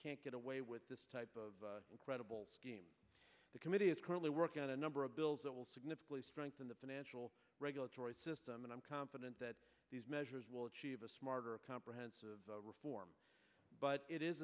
can't get away with this type of incredible scheme the committee is currently working on a number of bills that will significantly strengthen the financial regulatory system and i'm confident that these measures will achieve a smarter a comprehensive reform but it is